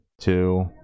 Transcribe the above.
two